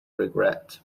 regret